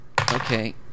Okay